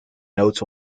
notes